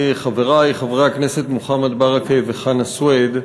חברי חברי הכנסת מוחמד ברכה וחנא סוייד.